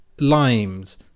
limes